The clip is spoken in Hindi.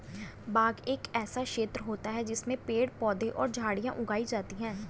बाग एक ऐसा क्षेत्र होता है जिसमें पेड़ पौधे और झाड़ियां उगाई जाती हैं